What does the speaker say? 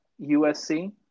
USC